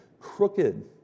crooked